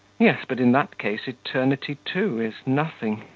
yes, but in that case eternity, too, is nothing.